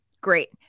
Great